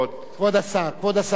הייתי השבוע,